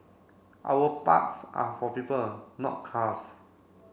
our parks are for people not cars